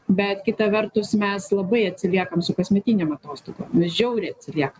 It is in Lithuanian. bet kita vertus mes labai atsiliekam su kasmetinėm atostogom žiauriai atsiliekam